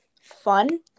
fun